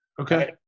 Okay